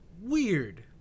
Weird